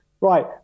right